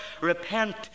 repent